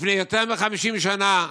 לפני יותר מ-50 שנה,